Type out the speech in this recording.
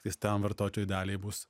vis tam vartotojų daliai bus